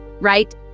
right